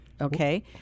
Okay